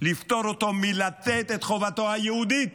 לפטור אותו מלתת את חובתו היהודית.